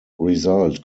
result